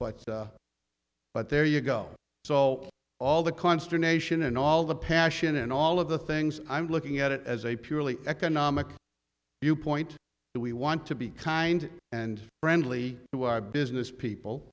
but but there you go so all the consternation and all the passion and all of the things i'm looking at it as a purely economic viewpoint that we want to be kind and friendly to our business people